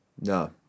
No